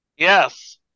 Yes